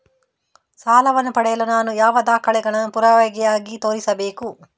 ಸಾಲವನ್ನು ಪಡೆಯಲು ನಾನು ಯಾವ ದಾಖಲೆಗಳನ್ನು ಪುರಾವೆಯಾಗಿ ತೋರಿಸಬೇಕು?